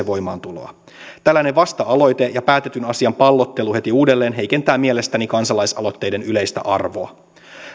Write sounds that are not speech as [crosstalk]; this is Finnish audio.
[unintelligible] voimaantuloa tällainen vasta aloite ja päätetyn asian pallottelu heti uudelleen heikentää mielestäni kansalaisaloitteiden yleistä arvoa